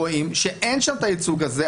רואים שאין שם את הייצוג הזה.